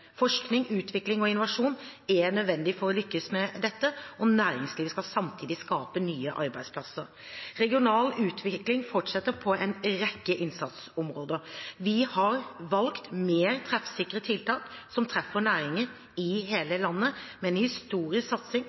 Forskning, utvikling og innovasjon er nødvendig for å lykkes med dette, og næringslivet skal samtidig skape nye arbeidsplasser. Regional utvikling fortsetter på en rekke innsatsområder. Vi har valgt mer treffsikre tiltak som treffer næringer i hele landet, med en historisk satsing